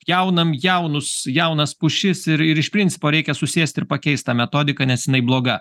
pjaunam jaunus jaunas pušis ir ir iš principo reikia susėst ir pakeist tą metodiką nes jinai bloga